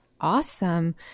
Awesome